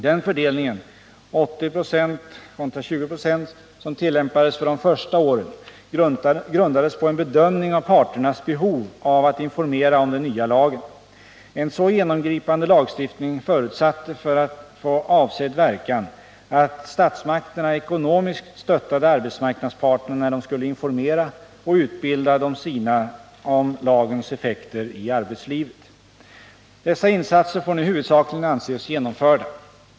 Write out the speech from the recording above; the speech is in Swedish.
Den fördelning, 80 26-20 926, som tillämpades för de första åren grundades på en bedömning av parternas behov av att informera om den nya lagen. En så genomgripande lagstiftning förutsatte, för att få avsedd verkan, att statsmakterna ekonomiskt stöttade arbetsmarknadsparterna när de skulle informera och utbilda de sina om lagens effekter i arbetslivet. Dessa insatser får nu huvudsakligen anses genomförda.